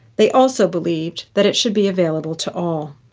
they also believed that it should be available to all.